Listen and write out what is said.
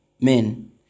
men